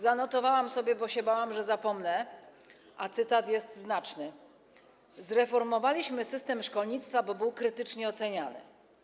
Zanotowałam sobie, bo bałam się, że zapomnę, a cytat jest znaczny: Zreformowaliśmy system szkolnictwa, bo był krytycznie oceniany.